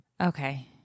Okay